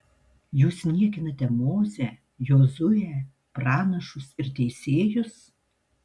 jūs niekinate mozę jozuę pranašus ir teisėjus